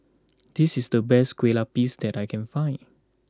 this is the best Kueh Lapis that I can find